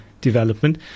Development